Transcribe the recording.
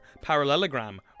parallelogram